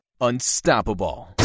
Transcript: unstoppable